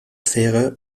affäre